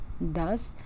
Thus